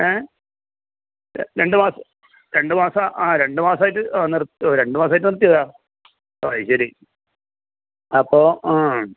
ഏഹ് രണ്ട് മാസമോ രണ്ട് മാസം ആ രണ്ട് മാസമായിട്ട് രണ്ട് മാസമായിട്ട് നിർത്തിയതാണോ ഓ അതു ശരി അപ്പോൾ ആ